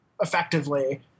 effectively